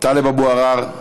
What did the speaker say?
טלב אבו עראר,